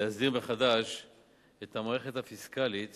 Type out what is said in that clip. להסדיר מחדש את המערכת הפיסקלית